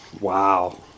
wow